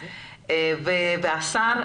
והשר,